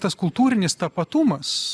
tas kultūrinis tapatumas